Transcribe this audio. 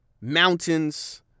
mountains